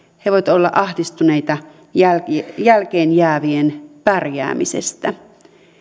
he voivat olla ahdistuneita jälkeen jälkeen jäävien pärjäämisestä